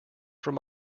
from